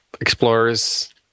explorers